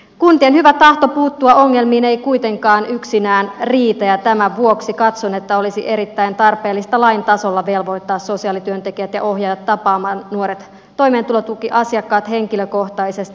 kuntien hyvä tahto puuttua ongelmiin ei kuitenkaan yksinään riitä ja tämän vuoksi katson että olisi erittäin tarpeellista lain tasolla velvoittaa sosiaalityöntekijät ja ohjaajat tapaamaan nuoret toimeentulotukiasiakkaat henkilökohtaisesti